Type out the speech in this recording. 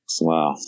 Wow